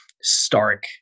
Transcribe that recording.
stark